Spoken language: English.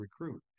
recruit